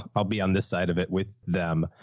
um i'll be on this side of it with them.